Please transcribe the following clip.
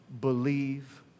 Believe